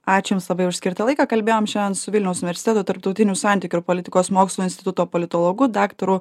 ačiū jums labai už skirtą laiką kalbėjom šiandien su vilniaus universiteto tarptautinių santykių ir politikos mokslų instituto politologu daktaru